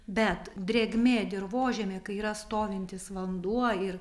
bet drėgmė dirvožemyje kai yra stovintis vanduo ir